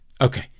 Okay